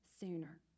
sooner